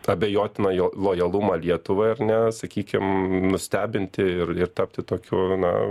abejotiną jo lojalumą lietuvai ar ne sakykim nustebinti ir ir tapti tokiu na